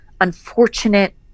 unfortunate